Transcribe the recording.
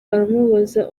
aramubaza